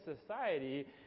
society